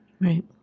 right